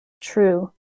true